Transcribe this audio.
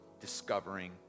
Discovering